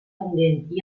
pendent